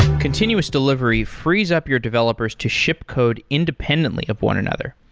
continuous delivery frees up your developers to ship code independently of one another.